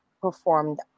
performed